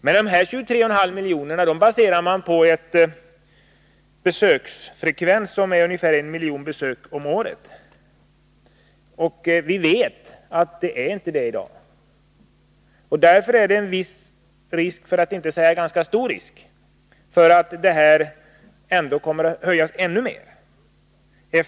Men dessa 23,5 milj.kr. baseras på en besöksfrekvens av ungefär en miljon besök om året, och vi vet att den inte är så hög i dag. Därför finns det en viss, för att inte säga en ganska stor, risk för att avgiften kommer att höjas ännu mer.